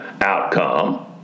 outcome